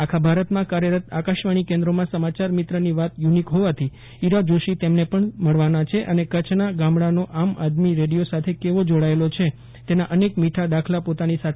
આખા ભારતમાં કાર્યરત આકાશવાણી કેન્દ્રોમાં સમાચાર મિત્રની વાત યુનિક હોવાથી ઇરા જોશી તેમને પણ મળવાના છે અને કચ્છનાં ગામડાનો આમ આદમી રેડિયો સાથે કેવો જોડાયેલો છે તેના અનેક મીઠા દાખલા પોતાની સાથે લઈ જશે